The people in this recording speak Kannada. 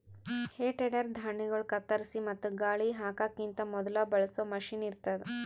ಹೇ ಟೆಡರ್ ಧಾಣ್ಣಿಗೊಳ್ ಕತ್ತರಿಸಿ ಮತ್ತ ಗಾಳಿ ಹಾಕಕಿಂತ ಮೊದುಲ ಬಳಸೋ ಮಷೀನ್ ಇರ್ತದ್